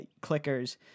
clickers